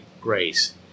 Grace